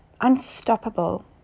unstoppable